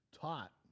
taught